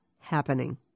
happening